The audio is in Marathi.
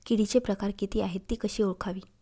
किडीचे किती प्रकार आहेत? ति कशी ओळखावी?